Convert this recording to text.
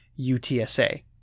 UTSA